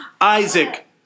Isaac